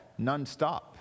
nonstop